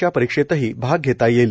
च्या परीक्षेतही भाग घेता येईल